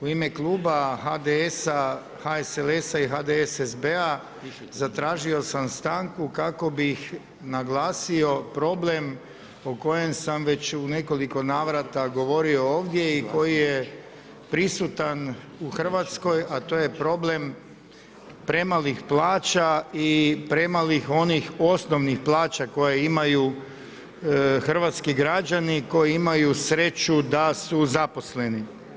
U ime Kluba HDS-a, HSLS-a i HDSSB-a zatražio sam stanku kako bih naglasio problem o kojem sam već u nekoliko navrata govorio ovdje i koji je prisutan u Hrvatskoj, a to je problem premalih plaća i premalih onih osnovnih plaća koje imaju hrvatski građani koji imaju sreću da su zaposleni.